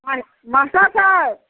हाँय मास्टर साहेब